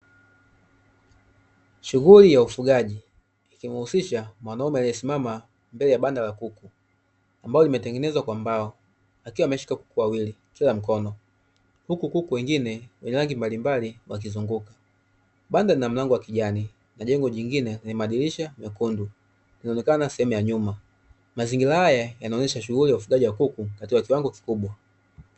Shughuli ya ufugaji, inamuhusisha mwanaume aliyesimama mbele ya banda la kuku ambalo limetengenezwa kwa mbao, akiwa ameshika kuku wawili kila mkono, huku kuku wengine wenye rangi mbalimbali wakizunguka, banda lina mlango wa kijani na jengo jingine lenye madirisha mekundu linaonekena sehemu ya nyuma. Mazingira haya yanaonyesha shughuli ya ufugaji wa kuku katika kiwango kikubwa.